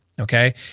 Okay